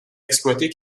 exploiter